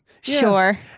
sure